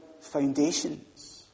foundations